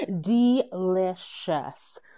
delicious